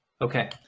Okay